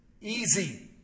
easy